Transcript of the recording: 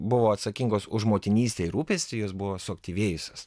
buvo atsakingos už motinystę ir rūpestį jos buvo suaktyvėjusios